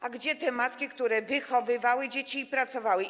A gdzie te matki, które wychowywały dzieci i pracowały?